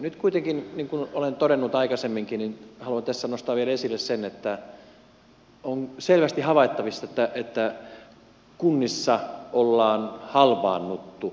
nyt kuitenkin niin kuin olen todennut aikaisemminkin haluan tässä nostaa vielä esille sen että on selvästi havaittavissa että kunnissa ollaan halvaannuttu